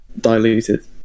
diluted